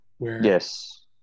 Yes